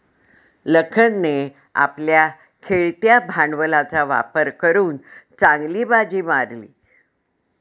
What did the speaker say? लखनने आपल्या खेळत्या भांडवलाचा वापर करून चांगली बाजी मारली